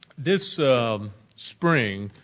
this um spring,